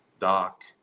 Doc